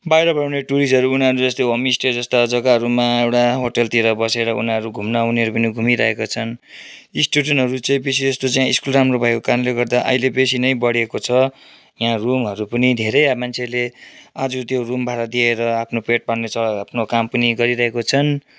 बाहिरबाट आउने टुरिस्टहरू उनीहरू जस्तै होमस्टे जस्ता जग्गाहरूमा एउटा होटेलतिर बसेर उनीहरू घुम्न आउनेहरू पनि घुमिरहेका छन् स्टुडेन्टहरू चाहिँ बेसि जस्तो चाहिँ स्कुल राम्रो भएको कारणले गर्दा अहिले बेसी नै बढेको छ यहाँ रुमहरू पनि धेरै मान्छेहरूले आजु त्यो रुम भाडा दिएर आफ्नो पेट पाल्नु छ आफ्नो काम पनि गरिरहेको छन्